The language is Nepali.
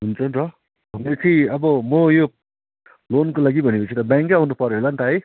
हुन्छ नि त हुन्छ कि अब म यो लोनको लागि भनेपछि त ब्याङ्कै आउनुपऱ्यो होला नि त है